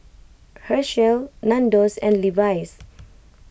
Herschel Nandos and Levi's